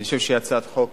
אני חושב שהיא הצעת חוק